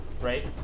Right